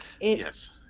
yes